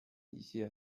一些